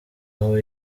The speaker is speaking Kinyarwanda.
aho